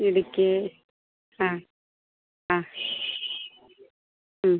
ഇടുക്കി ആ ആ മ്മ്